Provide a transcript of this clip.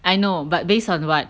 I know but based on what